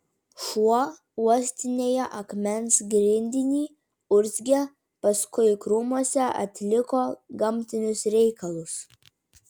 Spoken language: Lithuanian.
šuo uostinėjo akmens grindinį urzgė paskui krūmuose atliko gamtinius reikalus